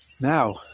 Now